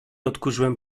odkurzyłem